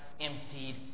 emptied